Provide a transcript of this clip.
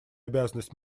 обязанность